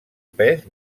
pes